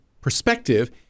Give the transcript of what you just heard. perspective